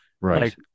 Right